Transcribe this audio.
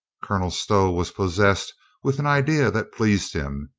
colonel stow was pos sessed with an idea that pleased him,